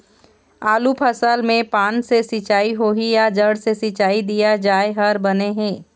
आलू फसल मे पान से सिचाई होही या जड़ से सिचाई दिया जाय हर बने हे?